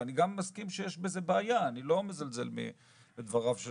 ואני גם מסכים שיש בזה בעיה - אני לא מזלזל בדבריו של